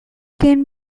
can